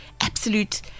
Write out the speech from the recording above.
absolute